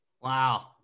Wow